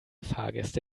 fahrgäste